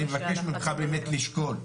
אני מבקש ממך באמת לשקול,